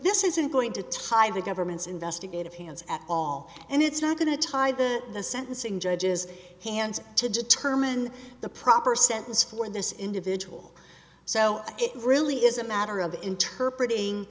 this isn't going to tie the government's investigative hands at all and it's not going to tie the the sentencing judge's hands to determine the proper sentence for this individual so it really is a matter of interpret